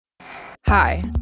Hi